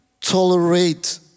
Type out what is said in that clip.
tolerate